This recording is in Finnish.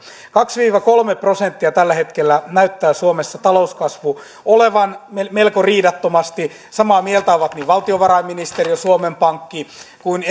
kaksi viiva kolme prosenttia näyttää suomessa talouskasvu olevan melko riidattomasti samaa mieltä ovat niin valtiovarainministeriö suomen pankki kuin